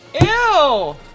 Ew